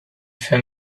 for